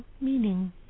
meaning